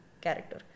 character